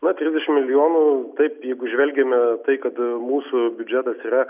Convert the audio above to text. na trisdešimt milijonų taip jeigu žvelgiame į tai kad mūsų biudžetas yra